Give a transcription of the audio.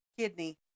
Kidney